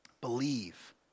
Believe